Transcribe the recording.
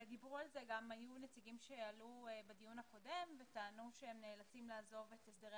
והיו נציגים שעלו בדיון הקודם וטענו שהם נאלצים לעזוב את הסדרי